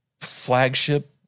flagship